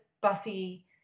Buffy